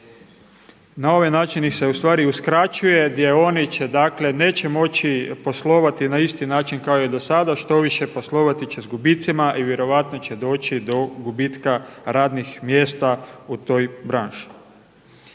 na ovaj način ih se u stvari uskraćuje, gdje oni će dakle neće moći poslovati na isti način kao i do sada. Štoviše poslovati će sa gubicima i vjerojatno će doći do gubitka radnih mjesta u toj branši.